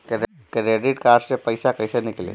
Credit card से पईसा केइसे निकली?